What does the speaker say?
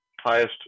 highest